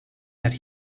that